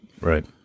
right